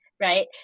Right